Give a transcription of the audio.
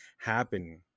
happen